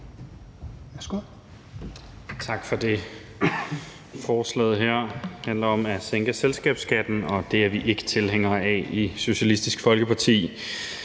Tak for det. Forslaget her handler om at sænke selskabsskatten, og det er vi ikke tilhængere af i Socialistisk Folkeparti.